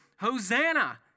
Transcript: Hosanna